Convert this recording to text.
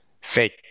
Fake